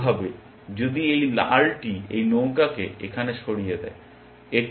কি হবে যদি এই লালটি এই নৌকাকে এখানে সরিয়ে দেয়